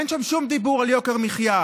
אין שם שום דיבור על יוקר מחיה,